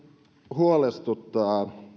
huolestuttaa